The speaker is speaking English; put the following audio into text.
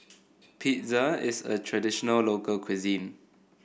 pizza is a traditional local cuisine